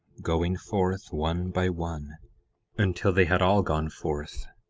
going forth one by one until they had all gone forth,